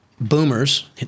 boomers